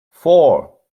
four